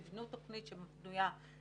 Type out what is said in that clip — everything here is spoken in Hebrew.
תבנו תוכנית מדורגת,